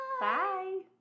Bye